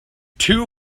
two